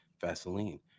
Vaseline